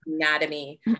anatomy